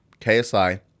KSI